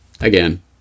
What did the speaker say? again